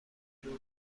جلو